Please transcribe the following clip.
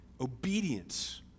obedience